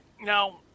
now